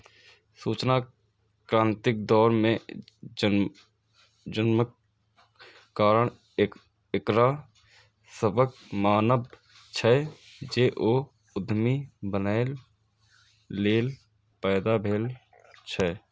सूचना क्रांतिक दौर मे जन्मक कारण एकरा सभक मानब छै, जे ओ उद्यमी बनैए लेल पैदा भेल छै